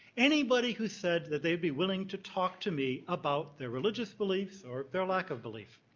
anybody who said that they'd be willing to talk to me about their religious beliefs or their lack of belief.